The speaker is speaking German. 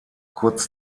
kurz